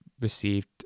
received